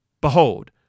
Behold